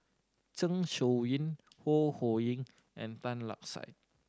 Zeng Shouyin Ho Ho Ying and Tan Lark Sye